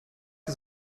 ist